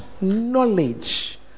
knowledge